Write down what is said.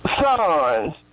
sons